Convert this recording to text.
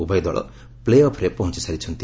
ଉଭୟ ଦଳ ପ୍ଲେ ଅଫ୍ରେ ପହଞ୍ଚସାରିଛନ୍ତି